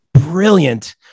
brilliant